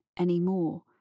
anymore